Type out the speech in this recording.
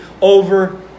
over